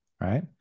right